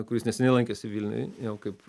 kuris neseniai lankėsi vilniuj jau kaip